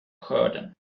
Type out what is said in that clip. skörden